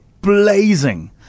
blazing